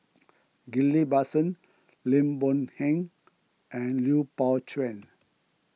Ghillie Basan Lim Boon Heng and Lui Pao Chuen